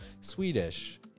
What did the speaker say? Swedish